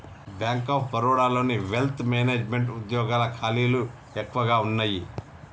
bank of బరోడాలోని wealth management వుద్యోగాల ఖాళీలు ఎక్కువగా వున్నయ్యి